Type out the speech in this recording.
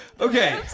Okay